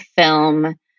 film